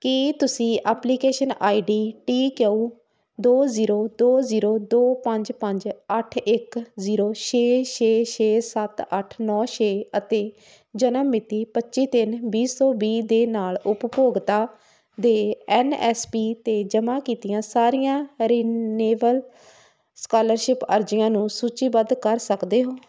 ਕੀ ਤੁਸੀਂ application I D T K U ਦੋ zero ਦੋ ਜ਼ੀਰੋ ਦੋ ਪੰਜ ਪੰਜ ਅੱਠ ਇੱਕ ਜ਼ੀਰੋ ਛੇ ਛੇ ਛੇ ਸੱਤ ਅੱਠ ਨੌਂ ਛੇ ਅਤੇ ਜਨਮ ਮਿਤੀ ਪੱਚੀ ਤਿੰਨ ਵੀਹ ਸੌ ਵੀਹ ਦੇ ਨਾਲ ਉਪਭੋਗਤਾ ਦੇ ਐਨ ਐਸ ਪੀ 'ਤੇ ਜਮ੍ਹਾਂ ਕੀਤੀਆਂ ਸਾਰੀਆਂ ਰਿਨਿਵੇਲ ਸਕਾਲਰਸ਼ਿਪ ਅਰਜ਼ੀਆਂ ਨੂੰ ਸੂਚੀਬੱਧ ਕਰ ਸਕਦੇ ਹੋ